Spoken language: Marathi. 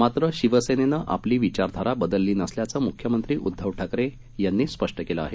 मात्र शिवसेनेनं आपली विचारधारा बदलली नसल्याचं मुख्यमंत्री उद्धव ठाकरे यांनी स्पष्ट केलं आहे